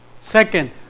Second